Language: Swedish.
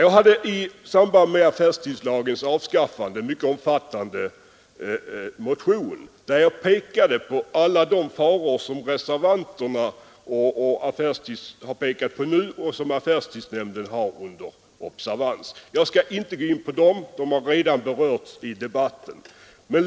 Jag hade i samband med affärstidslagens avskaffande en mycket omfattande motion där jag drog upp alla de faror som reservanterna nu har pekat på och som affärstidsnämnden har under observation. Jag skall inte gå in på dem, de har redan berörts i debatten.